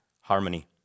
harmony